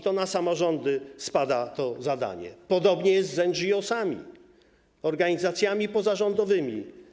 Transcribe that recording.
To na samorządy spada to zadanie, podobnie jest z NGOs, organizacjami pozarządowymi.